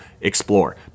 explore